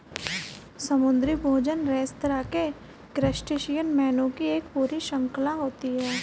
समुद्री भोजन रेस्तरां में क्रस्टेशियन मेनू की एक पूरी श्रृंखला होती है